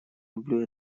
люблю